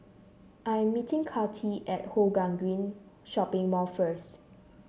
I'm meeting Kathi at Hougang Green Shopping Mall first